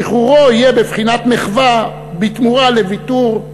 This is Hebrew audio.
שחרורו יהיה בבחינת מחווה בתמורה לוויתור,